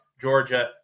Georgia